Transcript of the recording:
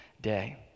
day